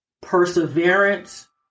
perseverance